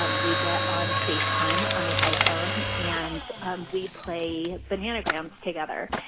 um we get on facetime on the iphone, and um we play bananagrams together.